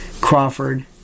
Crawford